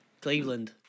Cleveland